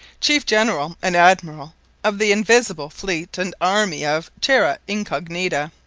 chiefe generall and admirall of the invisible fleet and army of terra incognita,